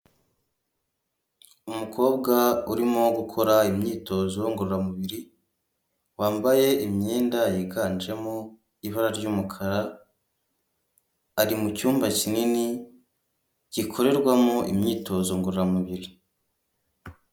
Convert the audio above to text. Umukobwa urimo gukora imyitozo ngororamubiri, wambaye imyenda yiganjemo ibara ry'umukara; ari mu cyumba kinini gikorerwamo imyitozo ngororamubiri.